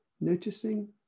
noticing